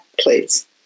please